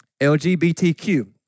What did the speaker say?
LGBTQ